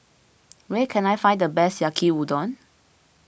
where can I find the best Yaki Udon